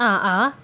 ആ ആ